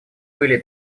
были